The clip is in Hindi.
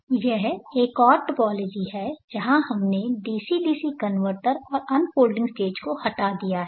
इसलिए यह एक और टोपोलॉजी है जहां हमने डीसी डीसी कनवर्टर और अनफ़ॉल्डिंग स्टेज को हटा दिया है